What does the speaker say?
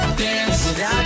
dance